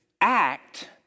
act